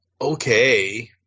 okay